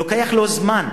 לוקח לו זמן.